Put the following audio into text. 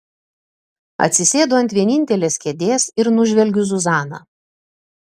atsisėdu ant vienintelės kėdės ir nužvelgiu zuzaną